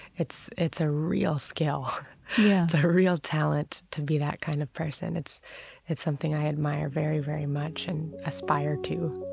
it's it's a real skill. yeah it's a real talent to be that kind of person. it's it's something i admire very, very much and aspire to